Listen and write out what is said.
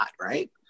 right